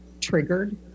triggered